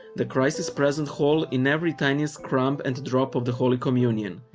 the christ is present whole in every tiniest crumb and drop of the holy communion.